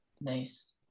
nice